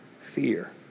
fear